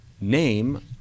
name